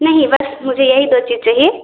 नहीं नहीं बस मुझे यही दो चीज़ चाहिए